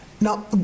now